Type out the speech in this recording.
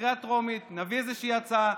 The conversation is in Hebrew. אחרי הטרומית נביא הצעה,